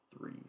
Three